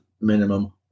minimum